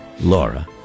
Laura